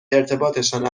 ارتباطشان